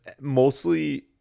mostly